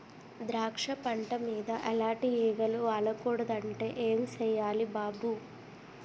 ద్రాక్ష పంట మీద ఎలాటి ఈగలు వాలకూడదంటే ఏం సెయ్యాలి బాబూ?